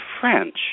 French